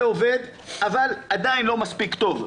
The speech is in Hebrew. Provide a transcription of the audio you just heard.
זה עובד אבל עדין לא מספיק טוב,